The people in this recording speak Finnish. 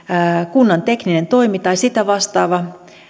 kunnan tekninen toimi tai sitä vastaava